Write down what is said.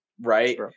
right